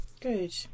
Good